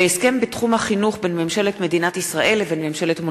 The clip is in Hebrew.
הסכם בתחום החינוך בין ממשלת מדינת ישראל לבין ממשלת מונגוליה.